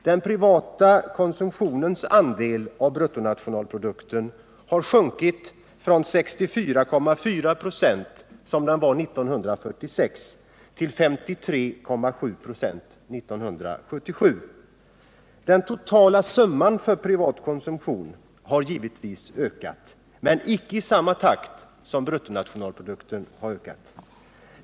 Den privata konsumtionens andel av bruttonationalprodukten har sjunkit från 64,4 96, som den var 1946, till 53,7 96 år 1977. Den totala summan för den privata konsumtionen har givetvis ökat, men icke i samma takt som bruttonationalprodukten.